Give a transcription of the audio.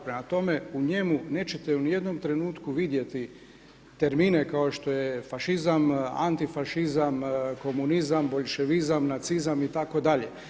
Prema tome, u njemu nećete u ni jednom trenutku vidjeti termine kao što je fašizam, antifašizam, komunizam, boljševizam, nacizam itd.